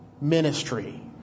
ministry